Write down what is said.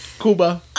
Cuba